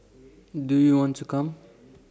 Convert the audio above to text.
do you want to come